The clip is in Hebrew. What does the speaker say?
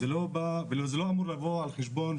זה לא אמור לבוא על חשבון,